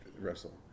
wrestle